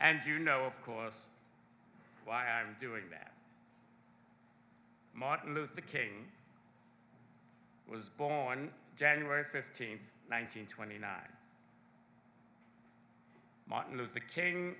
and you know of course why i'm doing that martin luther king was born january fifteenth one nine hundred twenty nine martin luther king